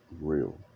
real